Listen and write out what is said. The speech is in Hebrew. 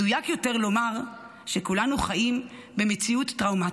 מדויק יותר לומר שכולנו חיים במציאות טראומטית,